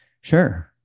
Sure